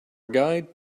guide